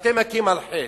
ואתם מכים על חטא.